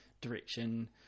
direction